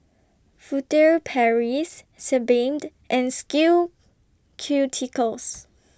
Furtere Paris Sebamed and Skin Ceuticals